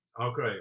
Okay